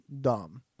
dumb